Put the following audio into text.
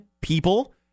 people